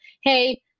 hey